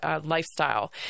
lifestyle